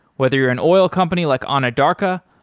whether you're an oil company like anadarko,